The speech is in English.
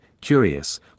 curious